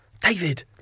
David